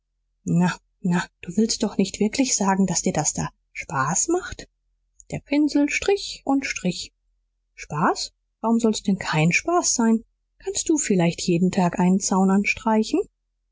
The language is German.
na na du willst doch nicht wirklich sagen daß dir das da spaß macht der pinsel strich und strich spaß warum soll's denn kein spaß sein kannst du vielleicht jeden tag einen zaun anstreichen